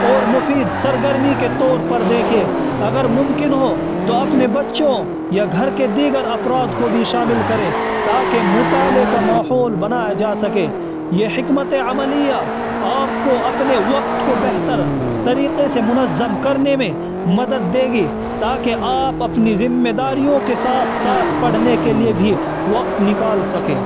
اور مفید سرگرمی کے طور پر دیکھیں اگر ممکن ہو تو اپنے بچوں یا گھر کے دیگر افراد کو بھی شامل کریں تاکہ مطالعہ کا ماحول بنایا جا سکے یہ حکمت عملیاں آپ کو اپنے وقت کو بہتر طریقے سے منظم کرنے میں مدد دیں گی تاکہ آپ اپنی ذمہ داریوں کے ساتھ ساتھ پڑھنے کے لیے بھی وقت نکال سکیں